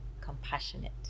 compassionate